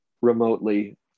remotely